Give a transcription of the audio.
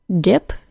Dip